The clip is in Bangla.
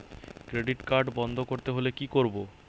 ক্রেডিট কার্ড বন্ধ করতে হলে কি করব?